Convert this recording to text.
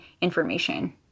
information